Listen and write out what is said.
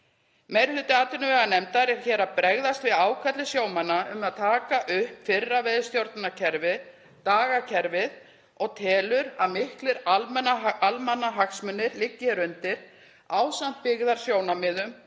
Meiri hluti atvinnuveganefndar er hér að bregðast við ákalli sjómanna um að taka upp fyrra veiðistjórnarkerfi, dagakerfið, og telur að miklir almannahagsmunir liggi hér undir ásamt byggðasjónarmiðum